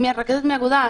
היא הרכזת מהאגודה,